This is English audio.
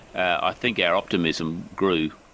i think our optimism grew.